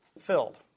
filled